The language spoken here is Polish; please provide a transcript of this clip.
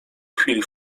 chwili